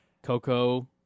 Coco